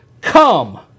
come